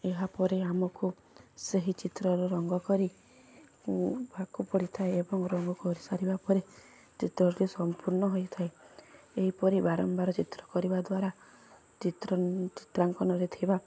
ଏହାପରେ ଆମକୁ ସେହି ଚିତ୍ରରୁ ରଙ୍ଗ କରି ପଡ଼ିଥାଏ ଏବଂ ରଙ୍ଗ କରିସାରିବା ପରେ ଚିତ୍ରଟି ସମ୍ପୂର୍ଣ୍ଣ ହୋଇଥାଏ ଏହିପରି ବାରମ୍ବାର ଚିତ୍ର କରିବା ଦ୍ୱାରା ଚିତ୍ର ଚିତ୍ରାଙ୍କନରେ ଥିବା